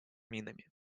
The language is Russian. минами